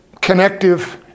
connective